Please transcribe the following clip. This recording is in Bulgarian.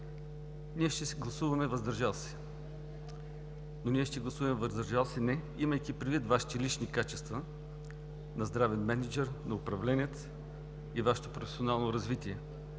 Ние ще гласуваме „въздържал се“. Но ние ще гласуваме „въздържал се“ не имайки предвид Вашите лични качества на здравен мениджър, на управленец и Вашето професионално развитие,